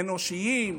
אנושיים,